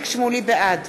בעד